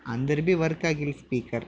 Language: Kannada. ಅಂದರೆ ಭೀ ವರ್ಕ್ ಆಗಿಲ್ಲ ಸ್ಪೀಕರ್